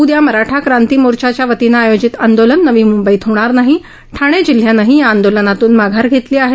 उद्या मराठा क्रांती मोर्चाच्या वतीनं आयोजित आंदोलन नवी मुंबईत होणार नाही ठाणे जिल्ह्यानंही या आंदोलनातुन माघार घेतली आहे